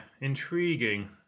intriguing